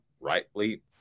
rightly